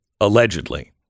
allegedly